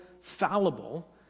fallible